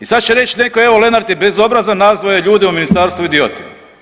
I sad će reći netko evo Lenart je bezobrazan, nazvao je ljude u ministarstvu idiotom.